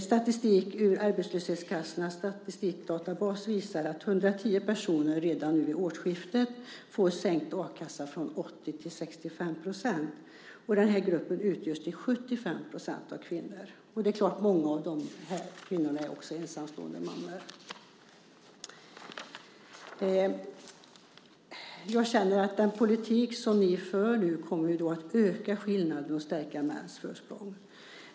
Statistik från arbetslöshetskassornas statistikdatabas visar att 110 000 personer redan från årsskiftet får sänkt a-kassa från 80 till 65 %. Och denna grupp utgörs till 75 % av kvinnor. Och många av dessa kvinnor är också ensamstående mammor. Jag känner att den politik som ni nu för kommer att öka skillnaderna och stärka mäns försprång.